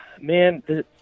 man